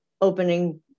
opening